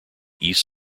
east